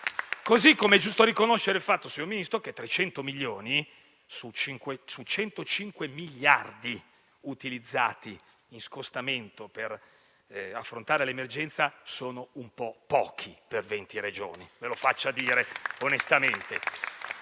Così come è giusto riconoscere il fatto che 300 milioni, su 105 miliardi utilizzati in scostamento per affrontare l'emergenza, sono un po' pochi per 20 Regioni; me lo faccia dire onestamente.